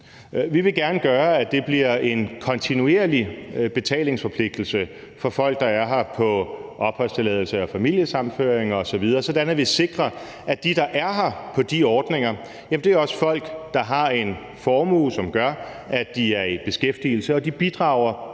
Vi vil gerne gøre det sådan, at det bliver en kontinuerlig betalingsforpligtelse for folk, der er her på opholdstilladelse eller familiesammenføring osv., sådan at vi sikrer, at dem, der er her på de ordninger, er folk, der har en formue og er i beskæftigelse, hvilket